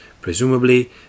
presumably